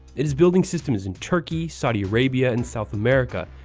it is building systems in turkey, saudi arabia, and south america,